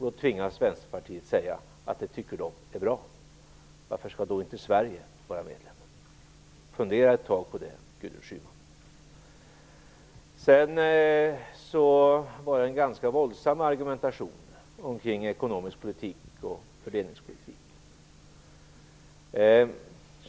Då tvingas Vänsterpartiet säga att man tycker att detta är bra. Men varför skall då inte Sverige vara medlem? Fundera ett tag på det, Gudrun Schyman! Sedan var det en ganska våldsam argumentation omkring ekonomisk politik och fördelningspolitik.